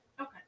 Okay